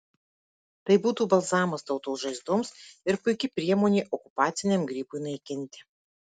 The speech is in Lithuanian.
tai būtų balzamas tautos žaizdoms ir puiki priemonė okupaciniam grybui naikinti